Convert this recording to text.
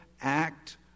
Act